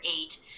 eight